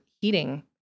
heating